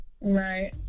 Right